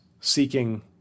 seeking